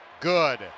Good